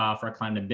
um for a client, but